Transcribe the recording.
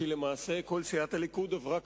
כי למעשה כל סיעת הליכוד עברה קדימה,